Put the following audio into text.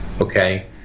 okay